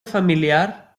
familiar